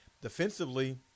defensively